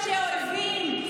אחריות ואי-אמירת אמת.